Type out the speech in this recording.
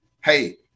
Hey